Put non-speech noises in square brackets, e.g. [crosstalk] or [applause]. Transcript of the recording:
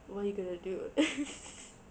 what are you going to do [laughs]